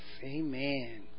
Amen